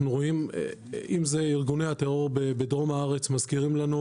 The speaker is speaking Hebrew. אם זה ארגוני הטרור בדרום הארץ מזכירים לנו